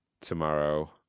tomorrow